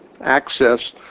access